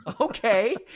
Okay